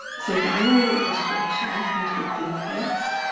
so for anaerobic respiration, we take glucose